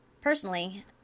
Personally